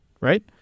right